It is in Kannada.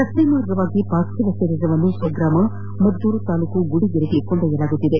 ರಸ್ತೆ ಮಾರ್ಗವಾಗಿ ಪಾರ್ಥಿವ ಶರೀರವನ್ನು ಸ್ವಗ್ರಾಮ ಮದ್ದೂರು ತಾಲೂಕಿನ ಗುಡಿಗೆರೆಗೆ ಕೊಂಡೊಯ್ಲಲಾಗುತ್ತಿದೆ